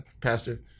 Pastor